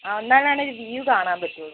ആ എന്നാലാണൊരു വ്യൂ കാണാൻ പറ്റുവൊള്ളൂ